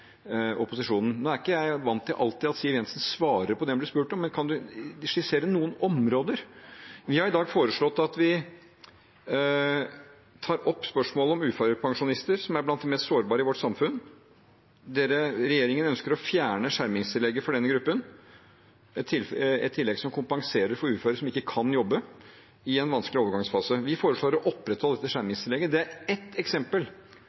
opposisjonen. Nå er ikke jeg vant til at Siv Jensen alltid svarer på det hun blir spurt om, men kan hun skissere noen områder? Vi har i dag foreslått at vi tar opp spørsmålet om uførepensjonister, som er blant de mest sårbare i vårt samfunn. Regjeringen ønsker å fjerne skjermingstillegget for denne gruppen, et tillegg som kompenserer uføre som ikke kan jobbe, i en vanskelig overgangsfase. Vi foreslår å opprettholde dette skjermingstillegget. Det er ett eksempel